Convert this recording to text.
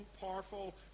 powerful